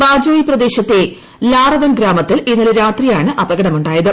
ബാജോയി പ്രദേശത്തെ ലാറവൻ ഗ്രാമത്തിൽ ഇന്നലെ രാത്രിയാണ് അപകടം ഉണ്ടായത്